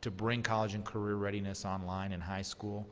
to bring college and career readiness online in high school,